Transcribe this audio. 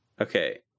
Okay